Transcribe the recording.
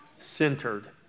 centered